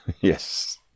Yes